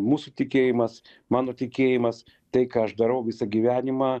mūsų tikėjimas mano tikėjimas tai ką aš darau visą gyvenimą